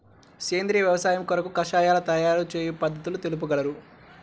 సేంద్రియ వ్యవసాయము కొరకు కషాయాల తయారు చేయు పద్ధతులు తెలుపగలరు?